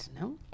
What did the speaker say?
No